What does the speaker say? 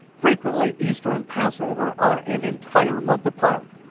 frequently, easter and passover are an entire month apart.